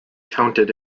counted